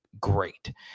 great